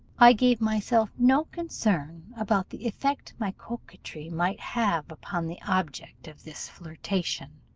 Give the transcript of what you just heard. i gave myself no concern about the effect my coquetry might have upon the object of this flirtation.